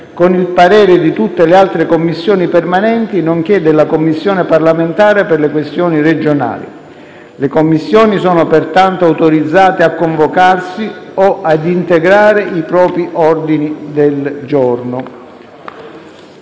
con il parere di tutte le altre Commissioni permanenti, nonché della Commissione parlamentare per le questioni regionali. Le Commissioni sono pertanto autorizzate a convocarsi o ad integrare i propri ordini del giorno.